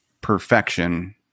perfection